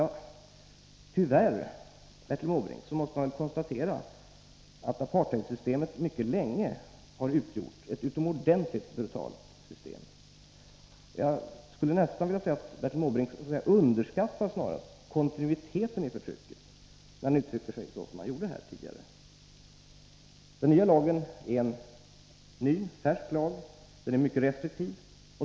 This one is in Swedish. Tyvärr, Bertil Måbrink, måste man väl konstatera att apartheidsystemet mycket länge har varit utomordentligt brutalt. Jag skulle nästan vilja säga att Bertil Måbrink underskattar kontinuiteten i förtrycket när han uttrycker sig så som han nyss gjorde. Lagen är helt färsk, och den är mycket restriktiv.